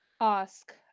ask